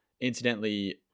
Incidentally